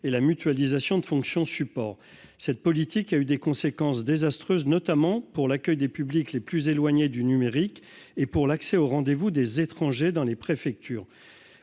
et la mutualisation de fonctions supports, cette politique a eu des conséquences désastreuses, notamment pour l'accueil des publics les plus éloignés du numérique, et pour l'accès au rendez-vous des étrangers dans les préfectures